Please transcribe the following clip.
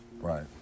Right